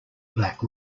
black